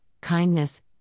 kindness